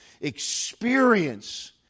Experience